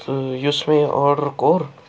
تہٕ یُس مےٚ یہِ آرڈر کوٚر